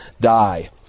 die